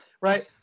right